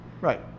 Right